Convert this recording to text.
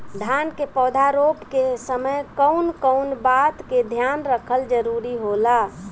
धान के पौधा रोप के समय कउन कउन बात के ध्यान रखल जरूरी होला?